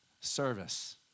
service